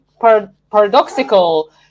paradoxical